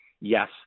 Yes